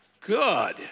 Good